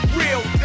real